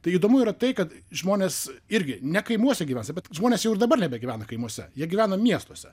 tai įdomu yra tai kad žmonės irgi ne kaimuose gyvens bet žmonės jau ir dabar nebegyvena kaimuose jie gyvena miestuose